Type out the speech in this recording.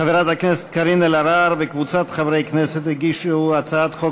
חברת הכנסת קארין אלהרר וקבוצת חברי הכנסת הגישו הצעת חוק